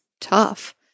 tough